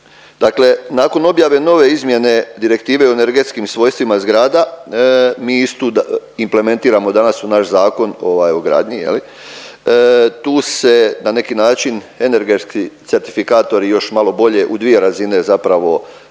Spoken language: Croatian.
dakle nakon objave nove izmjene Direktive o energetskim svojstvima zgrada mi istu implementiramo danas u naš zakon ovaj o gradnji je li, tu se na neki način energetski certifikatori još malo bolje u dvije razine zapravo